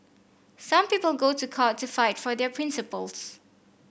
some people go to court to fight for their principles